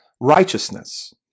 righteousness